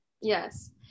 yes